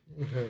Okay